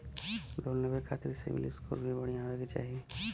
Loan लेवे के खातिन सिविल स्कोर भी बढ़िया होवें के चाही?